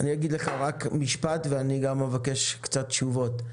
אני אגיד רק משפט ואבקש תשובות.